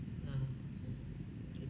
ah okay